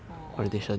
orh